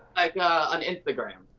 ah on instagram.